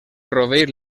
rovell